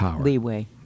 leeway